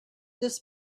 this